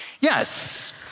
Yes